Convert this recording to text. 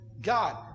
God